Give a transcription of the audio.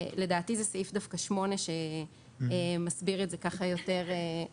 לדעתי סעיף 8 מסביר את זה יותר בפירוט,